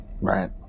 Right